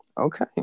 okay